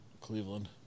Cleveland